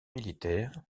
militaire